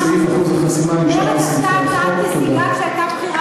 של סעיף אחוז החסימה משאר סעיפי החוק.